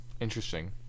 Interesting